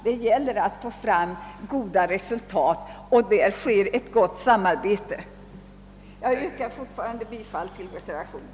Det gäller att få fram goda resultat, och därvidlag sker ett gott samarbete. Jag yrkar fortfarande bifall till reservationen.